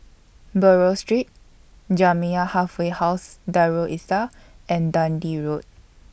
Buroh Street Jamiyah Halfway House Darul Islah and Dundee Road